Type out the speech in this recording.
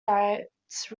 diets